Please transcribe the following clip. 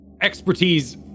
Expertise